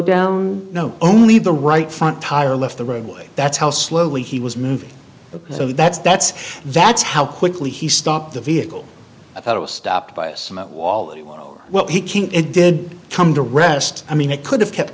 down no only the right front tire left the roadway that's how slowly he was moving so that's that's that's how quickly he stopped the vehicle i thought it was stopped by a cement wall well he can't it did come to rest i mean it could have kept